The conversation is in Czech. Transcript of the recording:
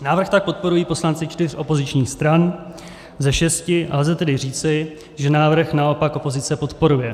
Návrh tak podporují poslanci čtyř opozičních stran ze šesti, a lze tedy říci, že návrh naopak opozice podporuje.